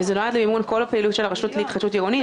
וזה נועד למימון כל הפעילות של הרשות להתחדשות עירונית,